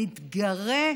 מתגרה.